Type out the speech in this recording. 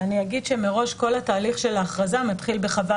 אני אגיד שמראש כל התהליך של ההכרזה מתחיל בחוות